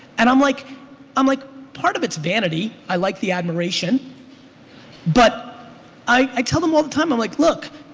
and i'm like um like part of its vanity. i like the admiration but i tell them all the time i'm like, look,